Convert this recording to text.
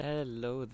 Hello